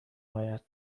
آید